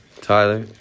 Tyler